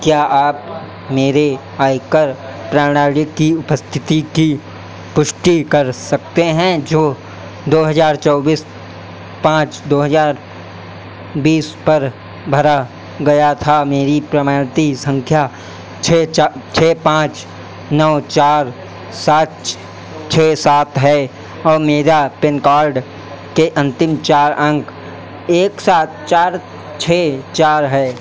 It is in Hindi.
क्या आप मेरे आयकर प्रणाली की उपस्थिति की पुष्टि कर सकते हैं जो दो हज़ार चौबीस पाँच दो हज़ार बीस पर भरा गया था मेरी संख्या छः चा छः पाँच नौ चार सात छः सात है और मेरे पेन कार्ड के अंतिम चार अंक एक सात चार छः चार है